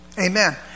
Amen